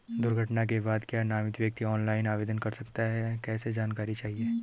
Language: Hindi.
दुर्घटना के बाद क्या नामित व्यक्ति ऑनलाइन आवेदन कर सकता है कैसे जानकारी चाहिए?